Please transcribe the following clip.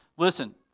Listen